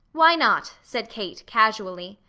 why not? said kate, casually.